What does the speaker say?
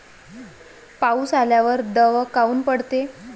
पाऊस आल्यावर दव काऊन पडते?